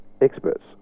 experts